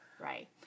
right